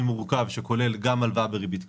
מורכב שכולל גם הלוואה בריבית קבועה,